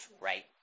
right